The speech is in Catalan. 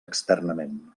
externament